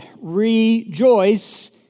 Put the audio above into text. rejoice